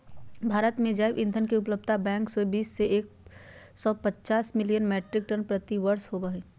भारत में जैव ईंधन के उपलब्धता एक सौ बीस से एक सौ पचास मिलियन मिट्रिक टन प्रति वर्ष होबो हई